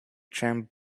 champ